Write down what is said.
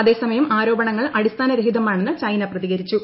അതേസമയം ആരോപണങ്ങൾ അടിസ്ഥാനരഹിത മാണെന്ന് ചൈന പ്രതികരിച്ചു